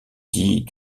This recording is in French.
dit